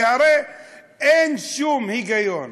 כי הרי אין שום היגיון